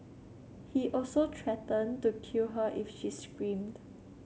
he also threatened to kill her if she screamed